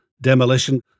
demolition